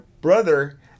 brother